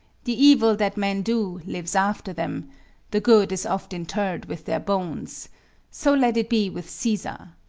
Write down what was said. the evil that men do lives after them the good is oft interred with their bones so let it be with caesar!